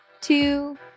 two